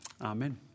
Amen